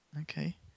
Okay